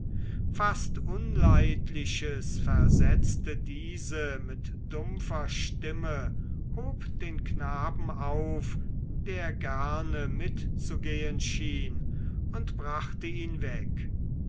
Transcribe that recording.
fast unleidliches versetzte diese mit dumpfer stimme hob den knaben auf der gerne mitzugehen schien und brachte ihn weg